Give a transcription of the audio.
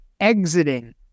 exiting